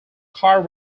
car